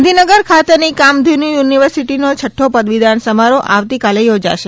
પદવીદાન ગાંધીનગર ખાતેની કામધેન્ યુનિવર્સિટીનો છઠ્ઠો પદવીદાન સમારોહ્ આવતીકાલે યોજાશે